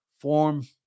Form